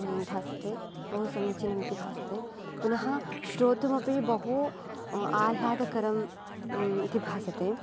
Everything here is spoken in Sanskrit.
भासते बहु समीचिनमिति भासते पुनः श्रोतुमपि बहू आह्लादकरं इति भासते